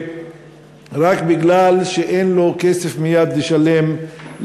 שרק בגלל שאין לו כסף לשלם מייד